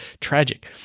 tragic